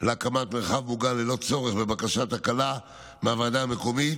להקמת מרחב מוגן ללא צורך בבקשת הקלה מהוועדה המקומית,